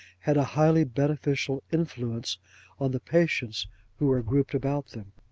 had a highly beneficial influence on the patients who were grouped about them.